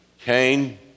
Cain